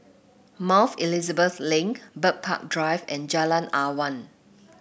Mount Elizabeth Link Bird Park Drive and Jalan Awan